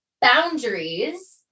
boundaries